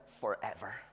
forever